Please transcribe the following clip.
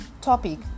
topic